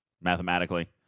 mathematically